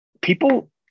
people